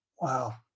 Wow